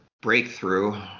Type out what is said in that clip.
breakthrough